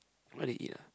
what they eat ah